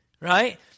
Right